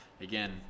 again